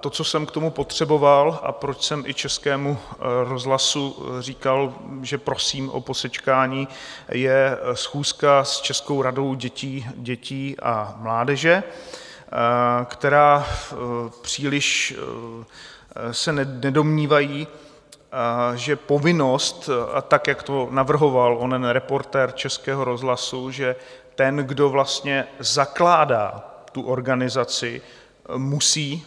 To, co jsem k tomu potřeboval a proč jsem i Českému rozhlasu říkal, že prosím o posečkání, je schůzka s Českou radou dětí a mládeže, kde se příliš nedomnívají, že povinnost a tak, jak to navrhoval onen reportér Českého rozhlasu, že ten, kdo vlastně zakládá tu organizaci, musí